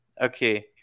Okay